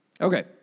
Okay